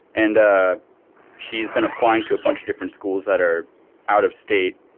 and she's been applying to a bunch of different schools that are out of state.